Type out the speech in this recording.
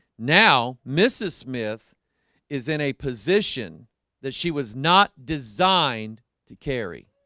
now mrs. smith is in a position that she was not designed to carry